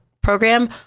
program